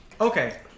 Okay